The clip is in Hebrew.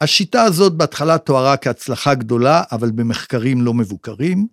השיטה הזאת בהתחלה תוארה כהצלחה גדולה, אבל במחקרים לא מבוקרים.